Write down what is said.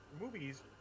movies